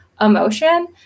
emotion